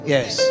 Yes